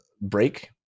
break